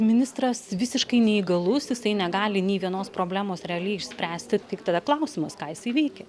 ministras visiškai neįgalus jisai negali nei vienos problemos realiai išspręsti tik tada klausimas ką jisai veikia